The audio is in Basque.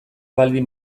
baldin